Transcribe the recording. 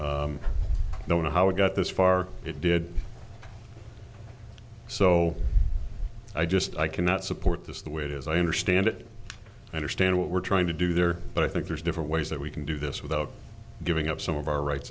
know how we got this far it did so i just i cannot support this the way it is i understand it i understand what we're trying to do there but i think there's different ways that we can do this without giving up some of our rights